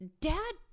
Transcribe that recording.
Dad